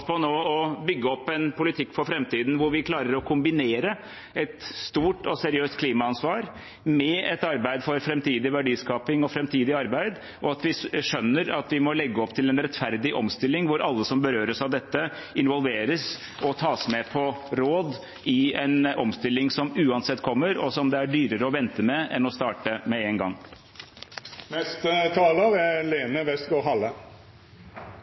på nå å bygge opp en politikk for framtiden hvor vi klarer å kombinere et stort og seriøst klimaansvar med et arbeid for framtidig verdiskaping og framtidig arbeid, og at vi skjønner at vi må legge opp til en rettferdig omstilling hvor alle som berøres av dette, involveres og tas med på råd i en omstilling som uansett kommer, og som det er dyrere å vente med enn å starte med en gang. Klimaendringene gjør oss utrygge. De er